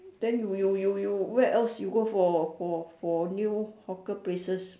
then you you you where else you go for for for new hawker places